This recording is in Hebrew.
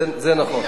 זה נכון.